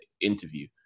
interview